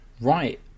Right